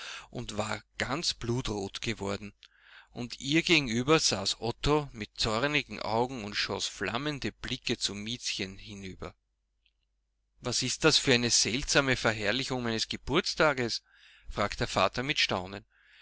und war ganz blutrot geworden und ihr gegenüber saß otto mit zornigen augen und schoß flammende blicke zu miezchen hinüber was ist das für eine seltsame verherrlichung meines geburtstages fragte der vater mit staunen